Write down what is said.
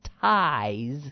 ties